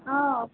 অঁ